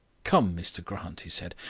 come, mr grant, he said.